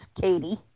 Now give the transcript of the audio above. Katie